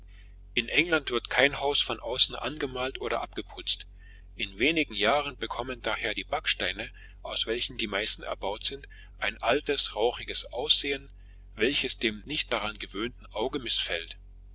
in england wird kein haus von außen gemalt oder abgeputzt in wenigen jahren bekommen daher die backsteine aus welchen die meisten erbaut sind ein altes rauchiges ansehen welches dem nicht daran gewöhnten auge mißfällt